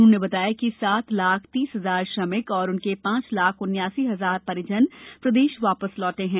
उन्होंने बताया कि सात लाख तीस हजार श्रमिक और उनके पांच लाख उन्यासी हजार परिजन प्रदेश वापस लौटे हैं